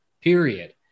period